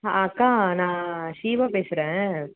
ஆ அக்கா நான் ஷீமா பேசுகிறேன்